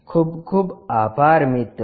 ખુબ ખુબ આભાર મિત્રો